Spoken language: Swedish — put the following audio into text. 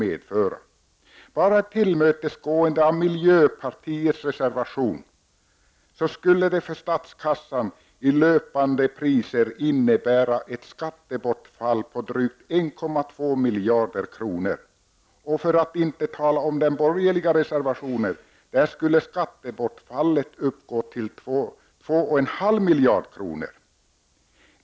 Ett tillmötesgående av miljöpartiets reservation skulle innebära ett skattebortfall på drygt 1,2 miljarder kronor i löpande priser för statskassan. Ett tillmötesgående av den borgerliga reservationen skulle innebära att skattebortfallet skulle uppgå till drygt 2,5 miljarder kronor.